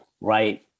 right